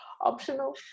Optional